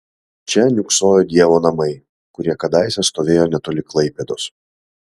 čia niūksojo dievo namai kurie kadaise stovėjo netoli klaipėdos